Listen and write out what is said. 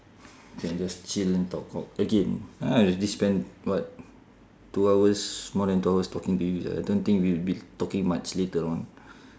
can just chill and talk cock again !huh! I already spend what two hours more than two hours talking to you I don't think we will be talking much later on